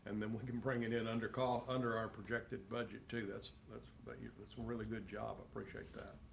and then we can bring it in under call under our projected budget to that's that's, but yeah that's a really good job appreciate that.